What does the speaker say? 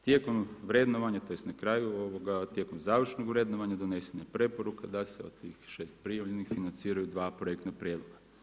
Tijekom vrednovanja, tj. na kraju tijekom završnog vrednovanja donesena je preporuka da se od tih šest prijavljenih financiraju dva projektna prijedloga.